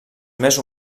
més